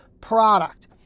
product